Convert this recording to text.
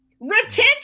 Retention